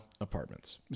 Apartments